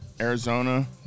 Arizona